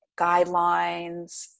guidelines